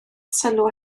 sylw